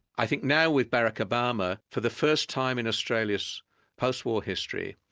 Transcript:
i think now with barack obama for the first time in australia's post-war history,